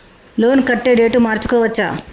Loan కట్టే date మార్చుకోవచ్చా?